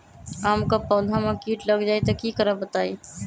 आम क पौधा म कीट लग जई त की करब बताई?